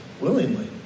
willingly